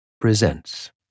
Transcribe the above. presents